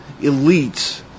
elites